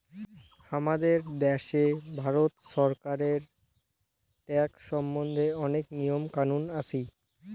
হামাদের দ্যাশে ভারত ছরকারের ট্যাক্স সম্বন্ধে অনেক নিয়ম কানুন আছি